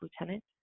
lieutenant